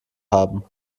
haben